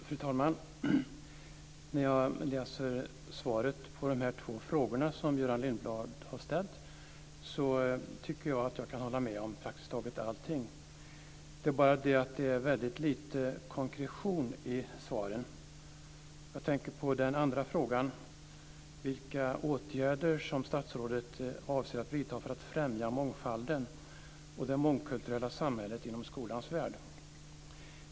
Fru talman! När jag läser svaren på de två frågor som Göran Lindblad har ställt tycker jag att jag kan hålla med om praktiskt taget allting. Men det är väldigt lite konkretion i svaren. Jag tänker på den andra frågan om vilka åtgärder statsrådet avser att vidta för att främja mångfalden och det mångkulturella samhället inom skolans värld.